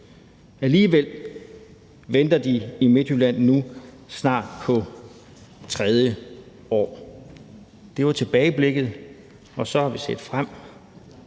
Alligevel venter de i Midtjylland nu snart på tredje år. Det var tilbageblikket, vi har også set frem,